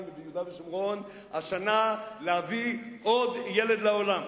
וביהודה ושומרון השנה להביא עוד ילד לעולם,